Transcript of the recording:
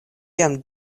jam